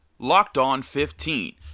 LOCKEDON15